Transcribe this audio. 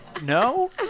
No